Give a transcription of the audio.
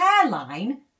hairline